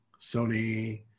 Sony